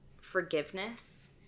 forgiveness